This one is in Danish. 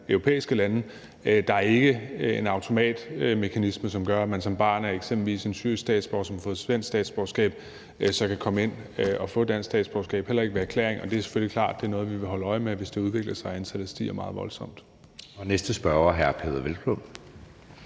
europæiske lande. Der er ikke en automatmekanisme, som gør, at man som barn af eksempelvis en syrisk statsborger, som har fået svensk statsborgerskab, så kan komme ind og få dansk statsborgerskab, heller ikke ved erklæring. Og det er selvfølgelig klart, at det er noget, vi vil holde øje med, hvis det udvikler sig og antallet stiger meget voldsomt. Kl. 12:33 Anden næstformand (Jeppe